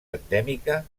endèmica